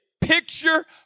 picture